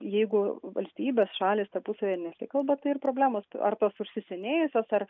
jeigu valstybės šalys tarpusavyje nesikalba tai ir problemos ar tos užsisenėjusios ar